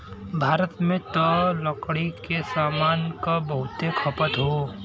भारत में त लकड़ी के सामान क बहुते खपत हौ